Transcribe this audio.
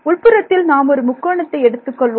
உள்புறத்தில் நாம் ஒரு முக்கோணத்தை எடுத்துக்கொள்வோம்